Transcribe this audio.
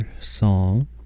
song